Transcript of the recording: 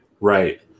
Right